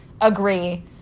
agree